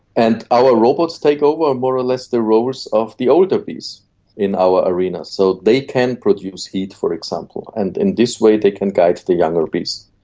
and our robots take over more less the roles of the older bees in our arena. so they can produce heat, for example, and in this way they can guide the younger bees.